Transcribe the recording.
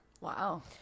wow